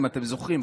אם אתם זוכרים,